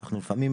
אנחנו לפעמים